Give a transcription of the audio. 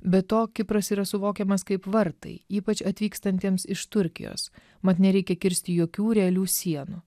be to kipras yra suvokiamas kaip vartai ypač atvykstantiems iš turkijos mat nereikia kirsti jokių realių sienų